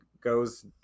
goes